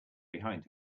behind